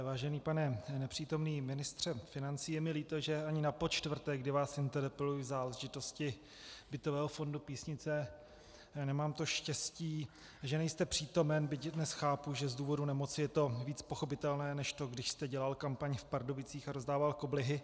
Vážený pane nepřítomný ministře financí, je mi líto, že ani na počtvrté, kdy vás interpeluji v záležitosti bytového fondu Písnice, nemám štěstí, že nejste přítomen, byť dnes chápu, že z důvodu nemoci je to víc pochopitelné než to, když jste dělal kampaň v Pardubicích a rozdával koblihy.